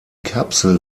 kapsel